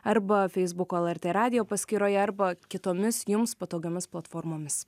arba feisbuko lrt radijo paskyroje arba kitomis jums patogiomis platformomis